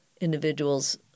individuals